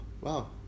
wow